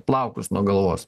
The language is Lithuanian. plaukus nuo galvos